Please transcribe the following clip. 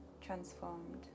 transformed